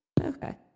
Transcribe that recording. Okay